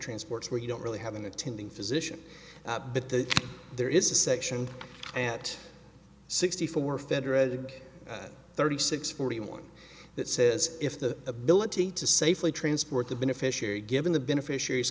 transport's where you don't really have an attending physician but that there is a section at sixty four federal a thirty six forty one that says if the ability to safely transport the beneficiary given the beneficiaries